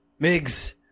Migs